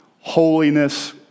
holiness